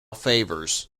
favors